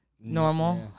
normal